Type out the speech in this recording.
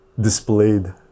displayed